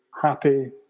Happy